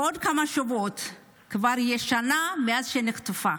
בעוד כמה שבועות כבר תהיה שנה מאז שנחטפה.